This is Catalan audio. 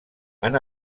han